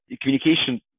communication